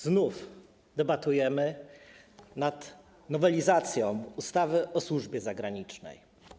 Znów debatujemy nad nowelizacją ustawy o służbie zagranicznej.